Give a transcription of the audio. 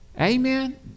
Amen